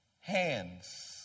hands